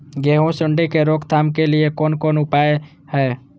गेहूँ सुंडी के रोकथाम के लिये कोन कोन उपाय हय?